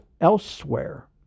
elsewhere